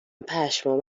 پشمام